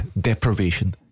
deprivation